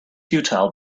futile